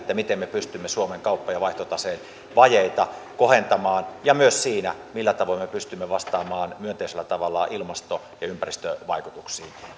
miten me pystymme suomen kauppa ja vaihtotaseen vajeita kohentamaan ja myös siinä millä tavoin me pystymme vastaamaan myönteisellä tavalla ilmasto ja ympäristövaikutuksiin